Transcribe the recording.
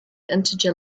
integer